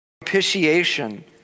Propitiation